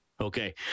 okay